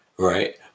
right